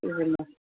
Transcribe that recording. हा